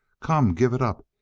come, give it up!